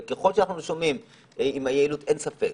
וככל שאנחנו שומעים עם היעילות אין ספק.